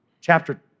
chapter